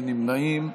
אין נמנעים.